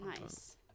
Nice